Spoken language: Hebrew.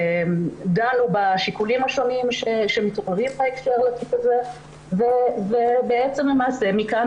דנו בשיקולים השונים בהקשר לתיק הזה ובעצם למעשה מכאן